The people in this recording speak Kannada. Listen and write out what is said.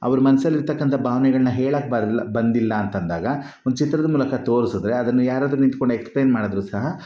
ಅವ್ರ ಮನ್ಸಲ್ಲಿರ್ತಕ್ಕಂಥ ಭಾವನೆಗಳ್ನ ಹೇಳಕ್ಕೆ ಬರಲ್ಲ ಬಂದಿಲ್ಲ ಅಂತ ಅಂದಾಗ ಒಂದು ಚಿತ್ರದ ಮೂಲಕ ತೋರಿಸುದ್ರೆ ಅದನ್ನು ಯಾರಾದರೂ ನಿಂತ್ಕೊಂಡು ಎಕ್ಸ್ಪ್ಲೇನ್ ಮಾಡಿದರು ಸಹ